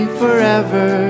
forever